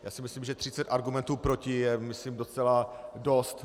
Já si myslím, že 30 argumentů proti je, myslím, docela dost.